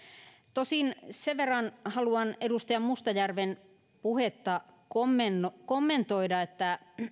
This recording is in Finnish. tosin sen verran haluan edustaja mustajärven puhetta kommentoida kommentoida että